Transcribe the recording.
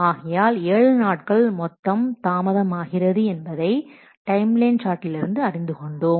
ஆகையால் 7 நாட்கள் மொத்தம் தாமதம் ஆகிறது என்பதை டைம் லைன் சார்ட்டிலிருந்து அறிந்து கொண்டோம்